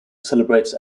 celebrates